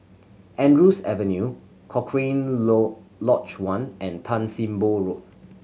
Andrews Avenue Cochrane Lodge One and Tan Sim Boh Road